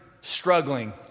struggling